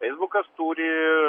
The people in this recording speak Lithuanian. feisbukas turi